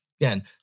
again